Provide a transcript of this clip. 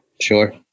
Sure